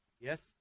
yes